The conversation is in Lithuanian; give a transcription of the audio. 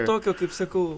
tokio kaip sakau